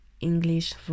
English